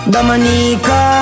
Dominica